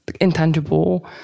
intangible